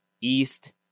East